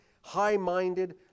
high-minded